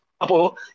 Apo